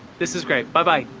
this was great. bye-bye.